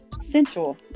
sensual